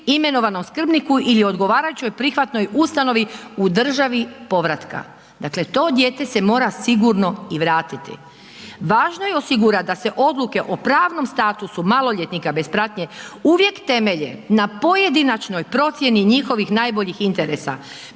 imenovanom skrbniku ili odgovarajućoj prihvatnoj ustanovi u državi povratka. Dakle, to dijete se mora sigurno i vratiti. Važno je osigurati da se odluke o pravnom statusu maloljetnika bez pratnje uvijek temelje na pojedinačnoj procjeni njihovih najboljih interesa.